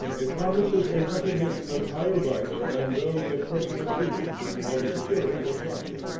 it promises a recognition of higher rights than those of personal freedom, or the security of property.